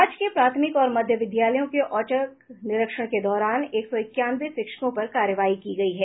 राज्य के प्राथमिक और मध्य विद्यालयों के औचक निरीक्षण के दौरान एक सौ इक्यानवें शिक्षकों पर कार्रवाई की गयी है